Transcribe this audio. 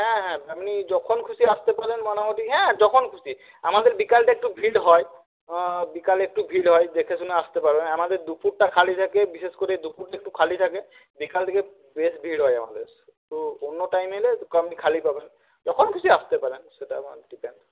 হ্যাঁ হ্যাঁ আপনি যখন খুশি আসতে পারেন মোটামুটি হ্যাঁ যখন খুশি আমাদের বিকালটা একটু ভিড় হয় বিকালে একটু ভিড় হয় দেখে শুনে আসতে আমাদের দুপুরটা খালি থাকে বিশেষ করে দুপুরটা একটু খালি থাকে বিকাল দিকে বেশ ভিড় হয় আমাদের তো অন্য টাইমে এলে আপনি খালি পাবেন যখন খুশি আসতে পারেন সেটা ডিপেন্ড